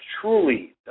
truly